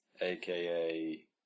aka